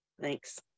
Thanks